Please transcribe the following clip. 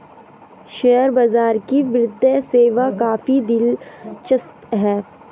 share बाजार की वित्तीय सेवा काफी दिलचस्प है